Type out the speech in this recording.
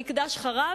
המקדש חרב,